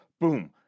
boom